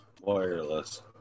Wireless